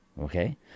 okay